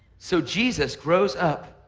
so jesus grows up